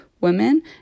women